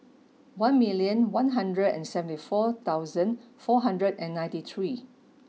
one million one hundred and seventy four thousand four hundred and ninty three